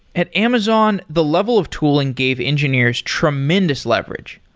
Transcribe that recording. at amazon, the level of tooling gave engineers tremendous leverage.